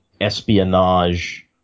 espionage